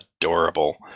adorable